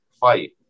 fight